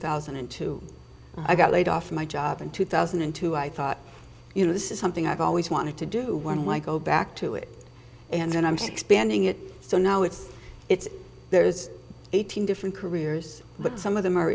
thousand and two i got laid off from my job in two thousand and two i thought you know this is something i've always wanted to do one why go back to it and i'm sick spending it so now it's it's there's a thousand different careers but some of them are